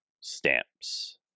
stamps